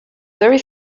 very